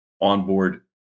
onboard